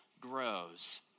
grows